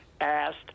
asked